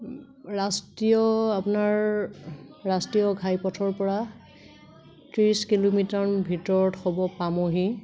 ৰাষ্ট্ৰীয় আপোনাৰ ৰাষ্ট্ৰীয় ঘাই পথৰ পৰা ত্ৰিছ কিলোমিটাৰ ভিতৰত হ'ব পামহি